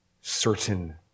certain